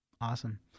Awesome